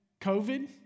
COVID